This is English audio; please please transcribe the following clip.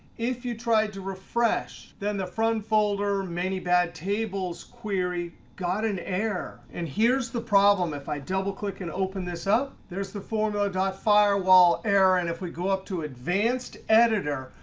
if you tried to refresh, then the front folder many bad tables query got an error. and here's the problem. if i double click and open this up, there's the formula and firewall error. and if we go up to advanced editor,